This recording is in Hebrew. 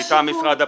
מטעם משרד הפנים,